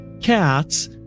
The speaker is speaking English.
Cats